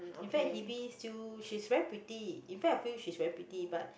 in fact Hebe still she's very pretty in fact I feel she's very pretty but